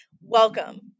Welcome